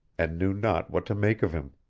and knew not what to make of him.